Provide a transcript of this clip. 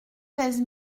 seize